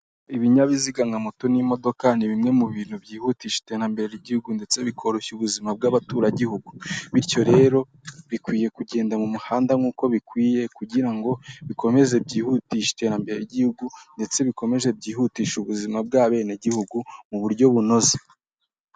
Ibinyabiziga nka moto n'imodoka ni bimwe mu bintu byihutisha iterambere ry'igihugu ndetse bikoroshya ubuzima bw'abaturagihugu, bityo rero bikwiye kugenda mu muhanda nkuko bikwiye kugira ngo bikomeze byihutishe iterambere ry'igihugu ndetse bikomeze byihutishe ubuzima bw'abenegihugu mu buryo bunoze.